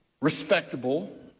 respectable